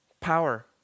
power